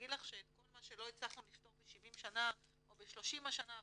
להגיד לך שאת כל מה שלא הצלחנו לפתור ב-70 שנה או ב-30 השנים האחרונות,